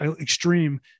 extreme